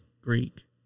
Greek